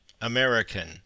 American